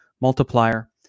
multiplier